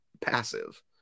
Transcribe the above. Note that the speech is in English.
passive